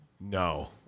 No